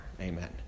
Amen